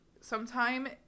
sometime